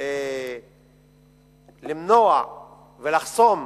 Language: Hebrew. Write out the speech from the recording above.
למנוע ולחסום